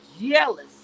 jealous